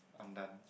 I am done